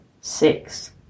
six